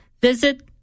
Visit